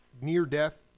near-death